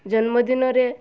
ଜନ୍ମ ଦିନରେ